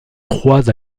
trois